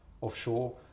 offshore